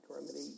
remedy